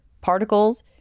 particles